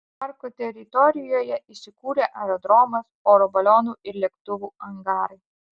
parko teritorijoje įsikūrė aerodromas oro balionų ir lėktuvų angarai